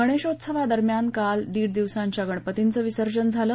गणेशोत्सवादरम्यान काल दीड दिवसांच्या गणपतींचं विसर्जन झालं